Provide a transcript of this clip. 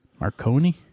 Marconi